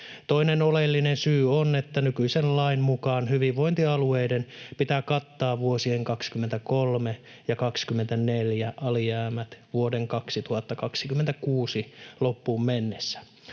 Toinen oleellinen syy on, että nykyisen lain mukaan hyvinvointialueiden pitää kattaa vuosien 23 ja 24 alijäämät vuoden 2026 loppuun mennessä.